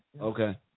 Okay